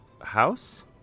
house